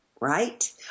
right